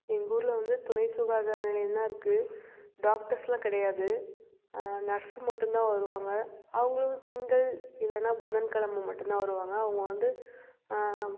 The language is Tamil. எங்கூரில் வந்து துணை சுகாதார நிலையந்தான் இருக்குது டாக்டர்ஸ்லாம் கிடையாது நர்ஸு மட்டுந்தான் வருவாங்க அவங்களும் திங்கள் இல்லைனா புதன் கிழம மட்டுந்தான் வருவாங்க அவங்க வந்து